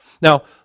Now